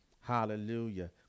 hallelujah